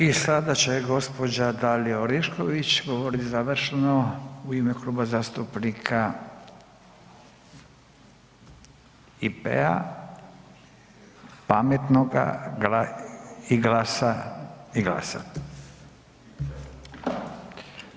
I sada će gospođa Dalija Orešković govorit završno u ime Kluba zastupnika IP-a, Pametnoga i GLAS-a, i GLAS-a.